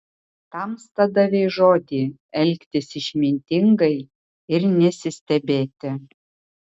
tamsta davei žodį elgtis išmintingai ir nesistebėti